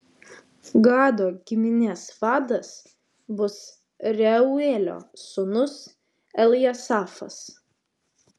gado giminės vadas bus reuelio sūnus eljasafas